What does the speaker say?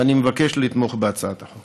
ואני מבקש לתמוך בהצעת החוק.